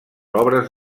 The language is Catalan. obres